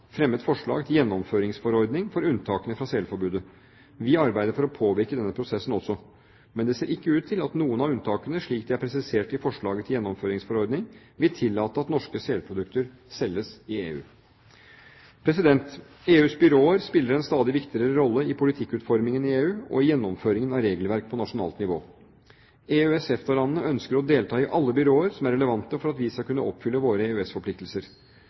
fremmet forslag til gjennomføringsforordning for unntakene fra selforbudet. Vi arbeider for å påvirke denne prosessen også. Men det ser ikke ut til at noen av unntakene, slik de er presisert i forslaget til gjennomføringsforordning, vil tillate at norske selprodukter selges i EU. EUs byråer spiller en stadig viktigere rolle i politikkutformingen i EU og i gjennomføringen av regelverk på nasjonalt nivå. EØS/EFTA-landene ønsker å delta i alle byråer som er relevante for at vi skal kunne oppfylle våre